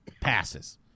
passes